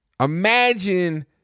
Imagine